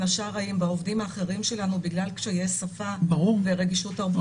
השרעיים בעובדים האחרים שלנו בגלל קשיי שפה ורגישות תרבותית.